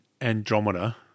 Andromeda